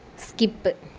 skip